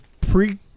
pre